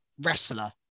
wrestler